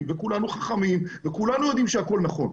וכולנו חכמים וכולנו יודעים שהכול נכון,